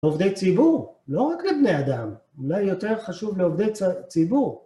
עובדי ציבור, לא רק לבני אדם, אולי יותר חשוב לעובדי ציבור.